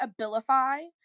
Abilify